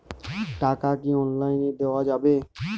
টাকা কি অনলাইনে দেওয়া যাবে?